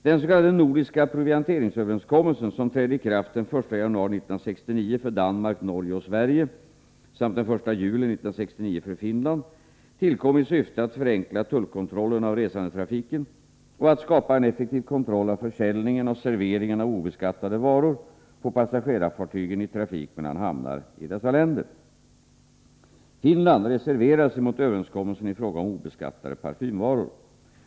Den s.k. nordiska provianteringsöverenskommelsen, som trädde i kraft den 1 januari 1969 för Danmark, Norge och Sverige samt den 1 juli 1969 för Finland, tillkom i syfte att förenkla tullkontrollen av resandetrafiken och att skapa en effektiv kontroll av försäljningen och serveringen av obeskattade varor på passagerarfartygen i trafik mellan hamnar i dessa länder. Finland reserverade sig mot överenskommelsen i fråga om obeskattade parfymvaror.